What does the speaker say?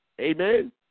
Amen